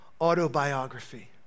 autobiography